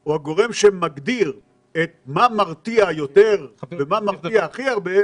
או הגורם שמגדיר מה מרתיע יותר ומה מרתיע הכי הרבה,